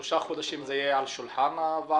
שלושה חודשים זה יהיה על שולחן הוועדה?